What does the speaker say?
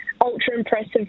ultra-impressive